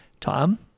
Tom